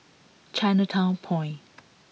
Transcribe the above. Chinatown Point